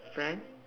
friends